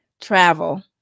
Travel